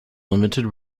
limited